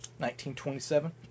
1927